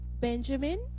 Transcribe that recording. Benjamin